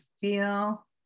feel